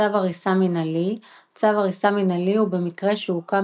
צו הריסה מנהלי צו הריסה מנהלי הוא במקרה שהוקם